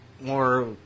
more